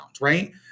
right